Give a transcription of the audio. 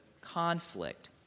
conflict